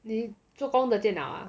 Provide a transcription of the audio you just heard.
你做工的电脑啊